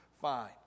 fine